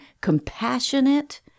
compassionate